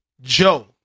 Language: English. Joe